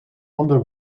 ander